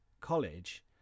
college